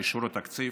על אישור התקציב,